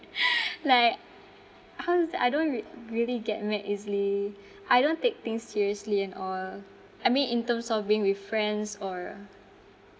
like how to say I don't rea~ really get mad easily I don't take things seriously and all I mean in terms of being with friends or